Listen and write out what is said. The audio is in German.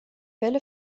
welle